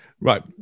right